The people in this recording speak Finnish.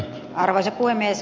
kannatan ed